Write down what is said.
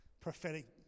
prophetic